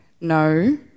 no